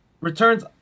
Return's